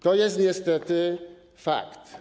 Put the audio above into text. To jest niestety fakt.